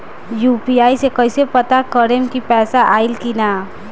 UPI से कईसे पता करेम की पैसा आइल की ना?